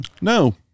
No